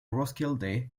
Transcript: roskilde